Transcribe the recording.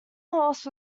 horse